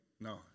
No